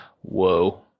Whoa